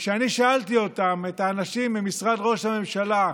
כשאני שאלתי אותם, את האנשים ממשרד ראש הממשלה,